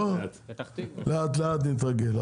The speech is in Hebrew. לאט לאט נתרגל.